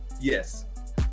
Yes